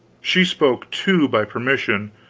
she spoke, too, by permission,